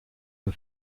für